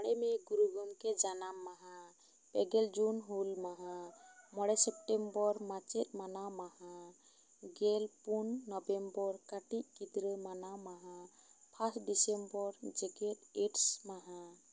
ᱢᱚᱬᱮ ᱢᱮ ᱜᱩᱨᱩ ᱜᱚᱢᱠᱮ ᱡᱟᱱᱟᱢ ᱢᱟᱦᱟ ᱯᱮᱜᱮᱞ ᱡᱩᱱ ᱦᱩᱞ ᱢᱟᱦᱟ ᱢᱚᱬᱮ ᱥᱮᱯᱴᱮᱢᱵᱚᱨ ᱢᱟᱪᱮᱫ ᱢᱟᱱᱟᱣ ᱢᱟᱦᱟ ᱜᱮᱞᱯᱩᱱ ᱱᱚᱵᱮᱢᱵᱚᱨ ᱠᱟ ᱴᱤᱡ ᱜᱤᱫᱽᱨᱟᱹ ᱢᱟᱱᱟᱣ ᱢᱟᱦᱟ ᱯᱷᱟᱥ ᱰᱤᱥᱮᱢᱵᱚᱨ ᱡᱮᱜᱮᱛ ᱮᱰᱥ ᱢᱟᱦᱟ